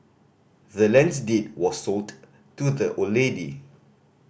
the land's deed was sold to the old lady